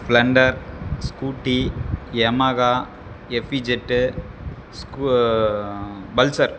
Splendor Scooty Yamaha FZ ஸ்கூ Pulsar